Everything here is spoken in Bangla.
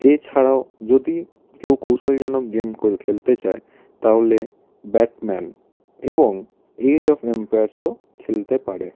এছাড়াও যদি কেউ কৌশলজনক গেম খোল খেলতে চায় তাহলে ব্যাটম্যান এবং এজ অফ এম্পায়ার্সও খেলতে পারে